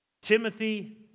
Timothy